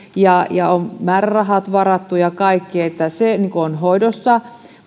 ja ja on määrärahat varattu ja kaikki niin että se on hoidossa